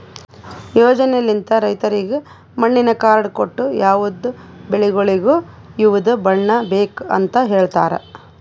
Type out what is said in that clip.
ಯೋಜನೆಲಿಂತ್ ರೈತುರಿಗ್ ಮಣ್ಣಿನ ಕಾರ್ಡ್ ಕೊಟ್ಟು ಯವದ್ ಬೆಳಿಗೊಳಿಗ್ ಯವದ್ ಮಣ್ಣ ಬೇಕ್ ಅಂತ್ ಹೇಳತಾರ್